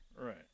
Right